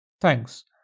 Thanks